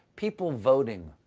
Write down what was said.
people voting.